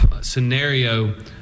scenario